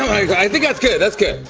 i think that's good. that's good.